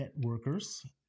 Networkers